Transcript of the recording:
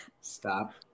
stop